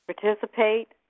participate